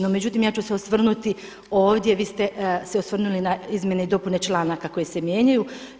No međutim, ja ću se osvrnuti ovdje, vi ste se osvrnuli na izmjene i dopune članaka koje se mijenjaju.